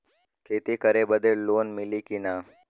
खेती करे बदे लोन मिली कि ना?